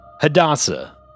Hadassah